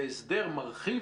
והסדר מרחיב,